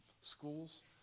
schools